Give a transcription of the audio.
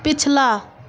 पिछला